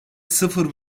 sıfır